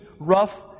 rough